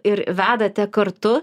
ir vedate kartu